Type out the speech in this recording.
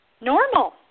normal